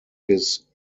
his